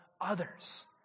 others